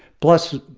plus,